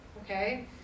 okay